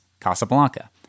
Casablanca